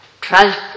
Trust